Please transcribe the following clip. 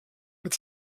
mit